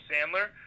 Sandler